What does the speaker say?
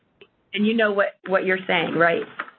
and you know what what you're saying, right?